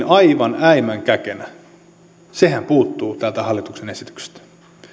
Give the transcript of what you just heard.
aivan äimän käkenä sehän puuttuu täältä hallituksen esityksestä